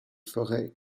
forêts